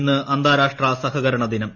ഇന്ന് അന്താരാഷ്ട്ര സഹകരണദിനം